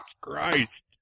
Christ